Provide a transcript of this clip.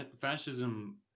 fascism